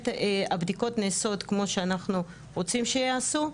הבדיקות נעשות כמו שאנחנו רוצים שייעשו,